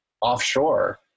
offshore